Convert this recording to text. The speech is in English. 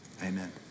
Amen